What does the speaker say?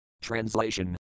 Translation